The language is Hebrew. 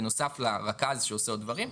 בנוסף לרכז שעושה עוד דברים,